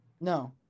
no